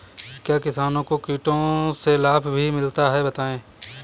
क्या किसानों को कीटों से लाभ भी मिलता है बताएँ?